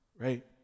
right